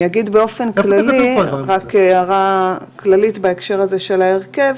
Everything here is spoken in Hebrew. אגיד הערה כללית בהקשר הזה של ההרכב,